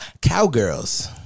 Cowgirls